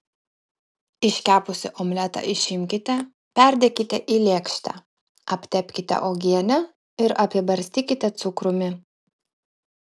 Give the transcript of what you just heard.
iškepusį omletą išimkite perdėkite į lėkštę aptepkite uogiene ir apibarstykite cukrumi